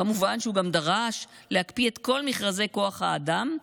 כמובן שהוא גם דרש להקפיא את כל מכרזי כוח האדם,